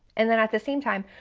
and then at the same time,